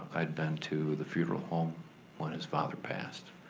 i'd been to the funeral home when his father passed.